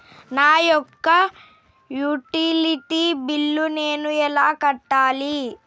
నా యొక్క utility bill నేను ఎలా కట్టాలి?